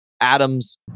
Adams